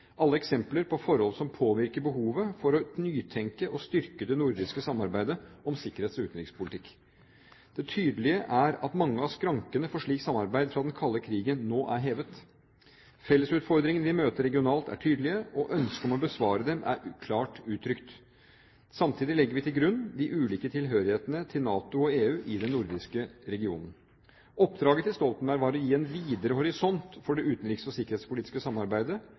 alle er eksempler på forhold som påvirker behovet for å nytenke og styrke det nordiske samarbeidet om sikkerhets- og utenrikspolitikk. Det tydelige er at mange av skrankene for slikt samarbeid fra den kalde krigen nå er hevet. Fellesutfordringene vi møter regionalt, er tydelige, og ønsket om å besvare dem er klart uttrykt. Samtidig legger vi til grunn de ulike tilhørighetene til NATO og EU i den nordiske regionen. Oppdraget til Stoltenberg var å gi en videre horisont for det utenriks- og sikkerhetspolitiske samarbeidet